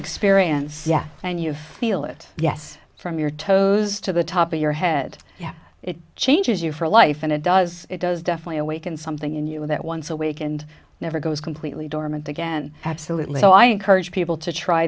experience and you feel it yes from your toes to the top of your head yeah it changes you for life and it does it does definitely awaken something in you that once awakened never goes completely dormant again absolutely so i encourage people to try